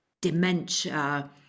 dementia